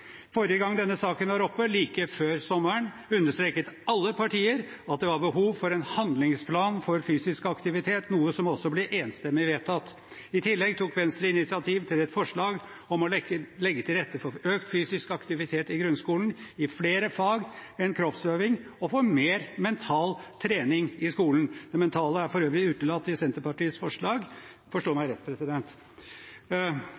Forrige gang denne saken var oppe, like før sommeren, understreket alle partier at det var behov for en handlingsplan for fysisk aktivitet, noe som også ble enstemmig vedtatt. I tillegg tok Venstre initiativ til et forslag om å legge til rette for økt fysisk aktivitet i grunnskolen i flere fag enn kroppsøving, og for mer mental trening i skolen. Det mentale er for øvrig utelatt i Senterpartiets